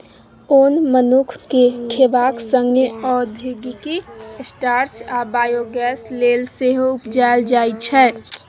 ओन मनुख केँ खेबाक संगे औद्योगिक स्टार्च आ बायोगैस लेल सेहो उपजाएल जाइ छै